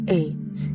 eight